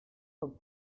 vom